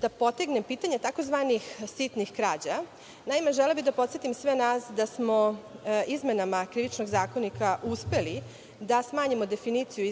da potegnem pitanje tzv. sitnih krađa. Naime, želela bih da podsetim sve nas da smo izmenama Krivičnog zakonika uspeli da smanjimo definiciju